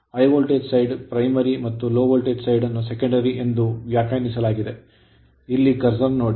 high voltage side primary ಮತ್ತು low voltage side ಅನ್ನು secondary ಎಂದು ವ್ಯಾಖ್ಯಾನಿಸಲಾಗಿದೆ ಇಲ್ಲಿ curser ನೋಡಿ